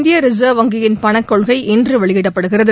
India reserve வங்கியின் பண கொள்கை இன்று வெளியிடப்படுகிறது